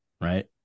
Right